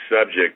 subject